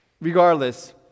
Regardless